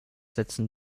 setzen